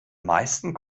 meisten